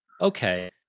okay